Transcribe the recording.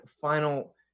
final